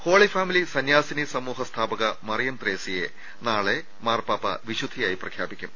holy Family സന്യാസിനി സമൂഹ സ്ഥാപക മറിയം ത്രേസ്യയെ നാളെ മാർപാപ്പ വിശുദ്ധയായി പ്രഖ്യാപിക്കും